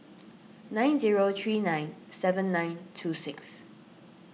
nine zero three nine seven nine two six